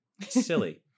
Silly